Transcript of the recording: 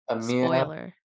Spoiler